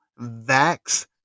Vax